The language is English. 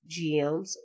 GMs